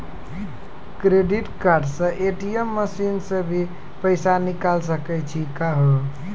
Credit card से ATM machine से भी पैसा निकल सकै छि का हो?